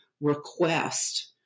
request